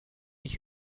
ich